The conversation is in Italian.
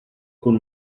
con